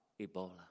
Ebola